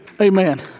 Amen